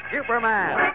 Superman